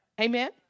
Amen